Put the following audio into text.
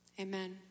Amen